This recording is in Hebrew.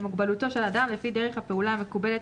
למוגבלותו של אדם לפי דרך הפעולה המקובלת